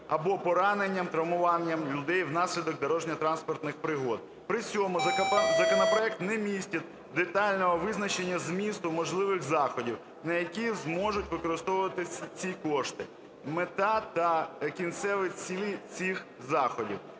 або пораненням (травмуванням) людей внаслідок дорожньо-транспортних пригод. При цьому законопроект не містить детального визначення змісту можливих заходів, на які зможуть використовуватись ці кошти, мета та кінцеві цілі цих заходів.